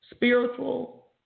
spiritual